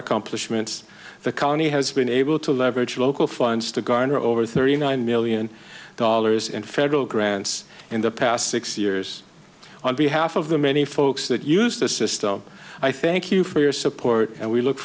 accomplishments the county has been able to leverage local funds to garner over thirty nine million dollars in federal grants in the past six years on behalf of the many folks that use the system i thank you for your support and we look